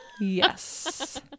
yes